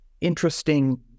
interesting